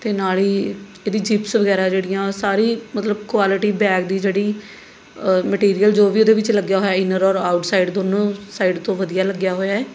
ਅਤੇ ਨਾਲ ਹੀ ਇਹਦੀ ਜਿੱਪਸ ਵਗੈਰਾ ਜਿਹੜੀਆਂ ਸਾਰੀ ਮਤਲਬ ਕੋਆਲੀਟੀ ਬੈਗ ਦੀ ਜਿਹੜੀ ਮਟੀਰੀਅਲ ਜੋ ਵੀ ਉਹਦੇ ਵਿੱਚ ਲੱਗਿਆ ਹੋਇਆ ਇੰਨਰ ਔਰ ਆਊਟ ਸਾਈਡ ਦੋਨੋਂ ਸਾਈਡ ਤੋਂ ਵਧੀਆ ਲੱਗਿਆ ਹੋਇਆ ਹੈ